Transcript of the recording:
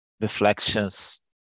reflections